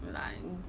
like